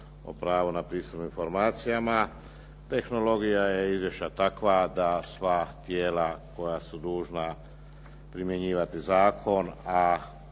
o pravu na pristup informacijama. Tehnologija je izvješća takva da sva tijela koja su dužna primjenjivati zakon,